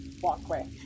walkway